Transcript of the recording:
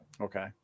Okay